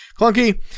clunky